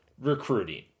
recruiting